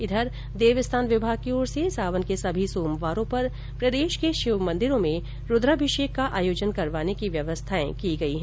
इधर देवस्थान विभाग की ओर से सावन के सभी सोमवारों पर प्रदेश के शिव मन्दिरों में रूद्राभिषेक का आयोजन करवाने की व्यवस्था की गई है